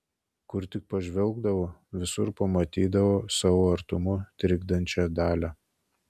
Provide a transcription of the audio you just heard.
kur tik pažvelgdavo visur pamatydavo savo artumu trikdančią dalią